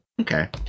Okay